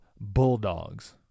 bulldogs